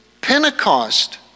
Pentecost